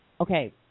Okay